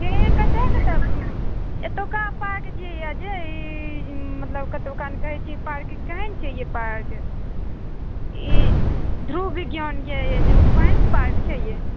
से कत्तौ कत्तौ एतुका पार्क जे ई कत्तौ कान कहै कतुका पार्क केहन छै इ पार्क ई ध्रुव विज्ञान जे केहन पार्क छै यऽ